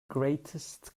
greatest